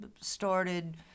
started